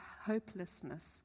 hopelessness